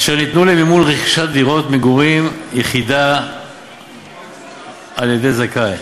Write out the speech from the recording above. אשר ניתנו למימון רכישת דירת מגורים יחידה על-ידי זכאי